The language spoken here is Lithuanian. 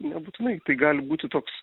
nebūtinai tai gali būti toks